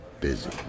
busy